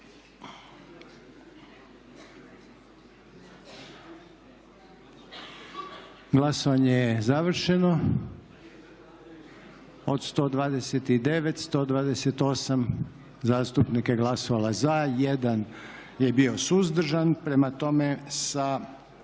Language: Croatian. Glasovanje je završeno. Od 129, 128 zastupnika je glasovalo za, 1 je bio suzdržan, prema tome sa